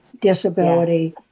disability